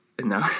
No